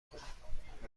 کنیم